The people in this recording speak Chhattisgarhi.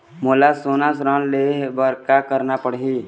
मोला सोना ऋण लहे बर का करना पड़ही?